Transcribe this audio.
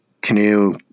canoe